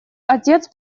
отец